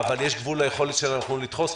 אבל יש גבול ליכולת שלנו לדחוס.